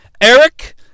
Eric